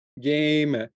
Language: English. game